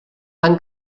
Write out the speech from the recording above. van